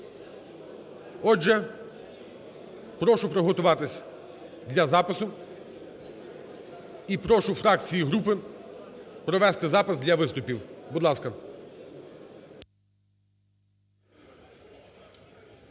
Отже, прошу приготуватись для запису і прошу фракції і групи провести запис для виступів. Будь ласка.